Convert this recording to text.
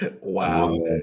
Wow